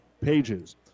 pages